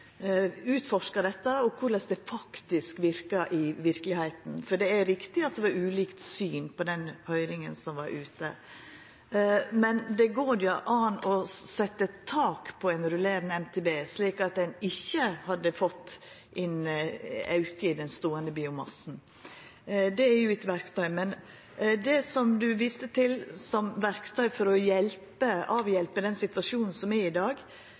utforska dette og korleis det faktisk verkar i verkelegheita, for det er riktig at det var ulike syn på den høyringa som var ute. Men det går an å setja eit tak på ein rullerande MTB, slik at ein ikkje hadde fått ein auke i den ståande biomassen. Det er jo eitt verktøy. Men det som du viste til som verktøy for å avhjelpa den situasjonen som er i dag,